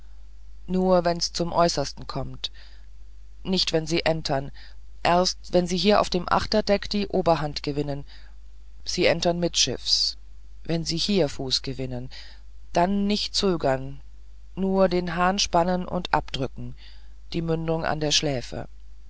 nur wenn's zum äußersten kommt nicht wenn sie entern erst wenn sie hier auf dem achterdeck die oberhand gewinnen sie entern mittschiffs wenn sie hier fuß gewinnen dann nicht gezögert nur den hahn spannen und abdrücken die mündung an der schläfe